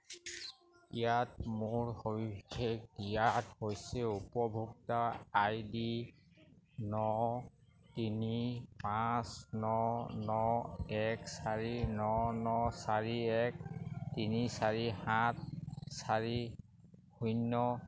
ইয়াত মোৰ সবিশেষ দিয়া হৈছে উপভোক্তা আই ডি ন তিনি পাঁচ ন ন এক চাৰি ন ন চাৰি এক তিনি চাৰি সাত চাৰি শূন্য